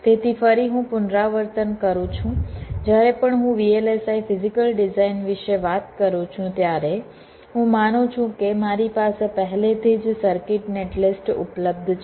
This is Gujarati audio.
તેથી ફરી હું પુનરાવર્તન કરું છું જ્યારે પણ હું VLSI ફિઝીકલ ડિઝાઇન વિશે વાત કરું છું ત્યારે હું માનું છું કે મારી પાસે પહેલેથી જ સર્કિટ નેટલિસ્ટ ઉપલબ્ધ છે